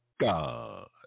God